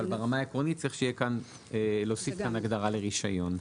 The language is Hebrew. אבל ברמה העקרונית צריך להוסיף כאן הגדרה של רישיון.